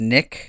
Nick